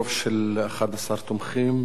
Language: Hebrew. ברוב של 11 תומכים,